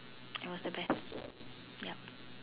it was the best yep